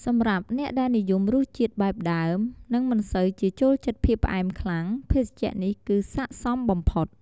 សម្រាប់អ្នកដែលនិយមរសជាតិបែបដើម និងមិនសូវជាចូលចិត្តភាពផ្អែមខ្លាំង ភេសជ្ជៈនេះគឺស័ក្តិសមបំផុត។